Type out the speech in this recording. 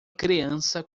criança